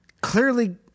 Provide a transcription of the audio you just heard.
Clearly